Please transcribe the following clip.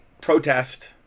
protest